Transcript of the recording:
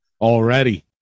Already